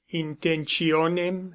intentionem